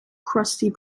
crusty